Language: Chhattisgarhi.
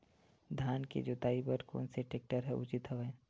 धान के जोताई बर कोन से टेक्टर ह उचित हवय?